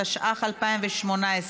התשע"ח 2018,